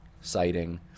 citing